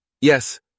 Yes